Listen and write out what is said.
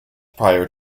prior